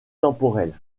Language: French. temporelle